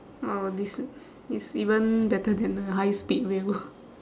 oh this is even better than the high speed rail